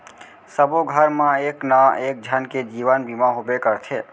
सबो घर मा एक ना एक झन के जीवन बीमा होबे करथे